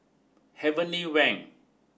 heavenly Wang